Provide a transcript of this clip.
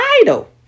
Idol